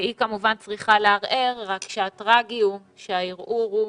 היא כמובן צריכה לערער אלא שהטרגי הוא שהערעור הוא